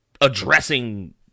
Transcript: addressing